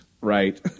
right